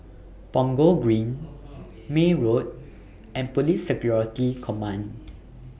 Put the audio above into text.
Punggol Green May Road and Police Security Command